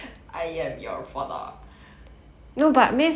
I am your father